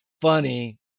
funny